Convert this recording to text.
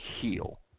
heal